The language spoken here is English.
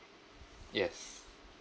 yes